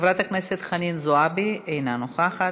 חברת הכנסת חנין זועבי, אינה נוכחת,